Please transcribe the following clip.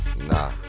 Nah